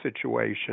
situation